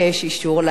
ואומרים לו: לא,